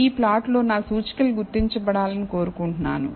ఈ ప్లాట్లో నా సూచికలు గుర్తించబడాలని కోరుకుంటున్నాను